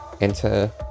enter